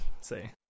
say